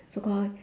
so call